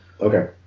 okay